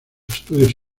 estudios